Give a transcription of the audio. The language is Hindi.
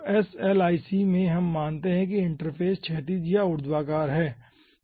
तो SLIC में हम मानते हैं कि इंटरफ़ेस क्षैतिज या ऊर्ध्वाधर है